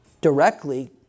directly